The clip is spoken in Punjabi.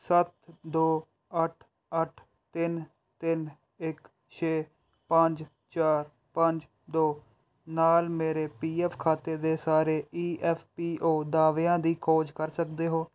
ਸੱਤ ਦੋ ਅੱਠ ਅੱਠ ਤਿੰਨ ਤਿੰਨ ਇੱਕ ਛੇ ਪੰਜ ਚਾਰ ਪੰਜ ਦੋ ਨਾਲ ਮੇਰੇ ਪੀ ਐਫ ਖਾਤੇ ਦੇ ਸਾਰੇ ਈ ਐਫ ਪੀ ਓ ਦਾਅਵਿਆਂ ਦੀ ਖੋਜ ਕਰ ਸਕਦੇ ਹੋ